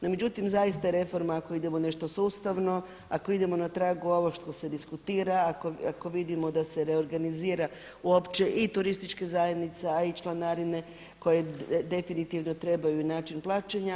No međutim zaista reforma ako idemo nešto sustavno, ako idemo na tragu ovoga što se diskutira, ako vidimo da se reorganizira uopće i turistička zajednica, a i članarine koje definitivno trebaju način plaćanja.